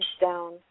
down